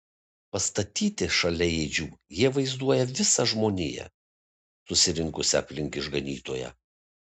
pastatyti šalia ėdžių jie vaizduoja visą žmoniją susirinkusią aplink išganytoją